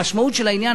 המשמעות של העניין,